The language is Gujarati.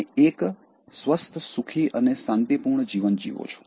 તમે એક સ્વસ્થ સુખી અને શાંતિપૂર્ણ જીવન જીવો છો